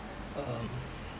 um